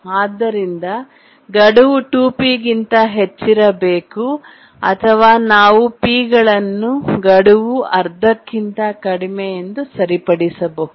ಆದ್ದರಿಂದ ಗಡುವು 2P ಗಿಂತ ಹೆಚ್ಚಿರಬೇಕು ಅಥವಾ ನಾವು P ಗಳನ್ನು ಗಡುವು ಅರ್ಧಕ್ಕಿಂತ ಕಡಿಮೆ ಎಂದು ಸರಿಪಡಿಸಬಹುದು